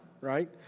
right